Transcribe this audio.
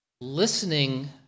listening